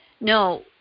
no